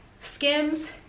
skims